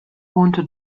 wohnte